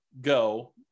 go